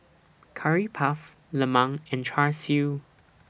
Curry Puff Lemang and Char Siu